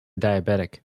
diabetic